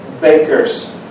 bakers